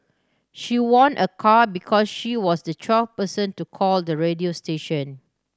she won a car because she was the twelfth person to call the radio station